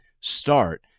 start